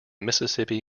mississippi